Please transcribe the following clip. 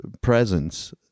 presence